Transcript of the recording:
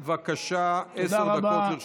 בבקשה, עשר דקות לרשותך.